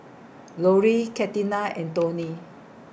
Loree Catina and Toni